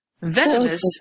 Venomous